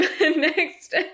next